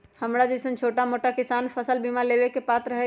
हमरा जैईसन छोटा मोटा किसान फसल बीमा लेबे के पात्र हई?